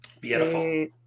beautiful